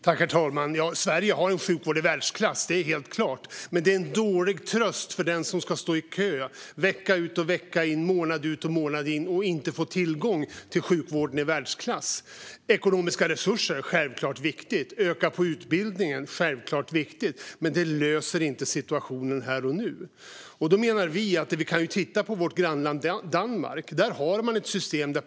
Herr talman! Sverige har en sjukvård i världsklass. Det är helt klart. Det är dock en dålig tröst för den som ska stå i kö vecka ut och vecka in, månad ut och månad in och inte få tillgång till denna sjukvård i världsklass. Ekonomiska resurser är självklart viktigt, liksom att öka på utbildningen. Men det löser inte situationen här och nu. Därför menar vi att vi kan titta på vårt grannland Danmark, där köerna är mycket kortare än här.